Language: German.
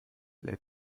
lädt